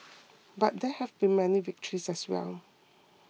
but there have been many victories as well